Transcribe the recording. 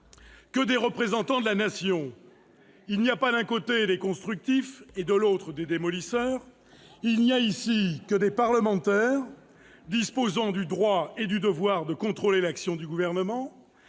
que des représentants de la Nation. Il n'y a pas d'un côté des constructifs, ... Ah !... de l'autre des démolisseurs ; il n'y a ici que des parlementaires disposant du droit et du devoir de contrôler l'action du Gouvernement,